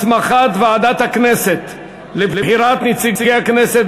הסמכת ועדת הכנסת לבחירת נציגי הכנסת